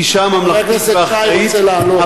חבר הכנסת שי רוצה לעלות.